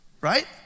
right